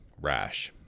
rash